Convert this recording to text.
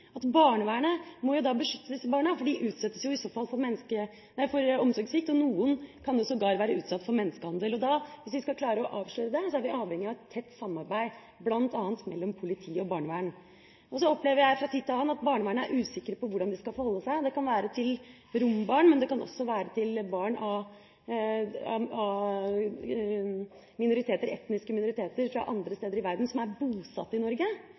Barnevernet må beskytte disse barna, for de utsettes i så fall for omsorgssvikt, og noen kan sågar være utsatt for menneskehandel. Hvis vi skal klare å avsløre det, er vi avhengig av et tett samarbeid mellom bl.a. politi og barnevern. Så opplever jeg fra tid til annen at barnevernet er usikre på hvordan de skal forholde seg – det kan være til rombarn, og det kan være til barn av etniske minoriteter, barn fra andre steder i verden som er bosatt i Norge, at det altså ikke er en EØS-problematikk. Da er jeg veldig tydelig på at vi ikke skal ha et kulturrelativistisk barnevern i Norge.